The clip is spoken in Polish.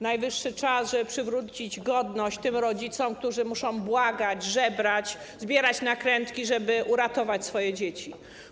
Najwyższy czas, żeby przywrócić godność tym rodzicom, którzy muszą błagać, żebrać, zbierać nakrętki, żeby uratować swoje dzieci.